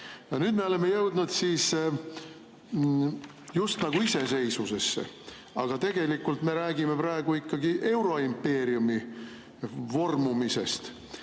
Nüüd me oleme jõudnud just nagu iseseisvusesse, aga tegelikult me räägime praegu ikkagi euroimpeeriumi vormumisest.